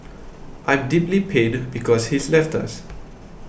I'm deeply pained because he's left us